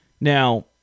now